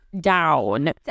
down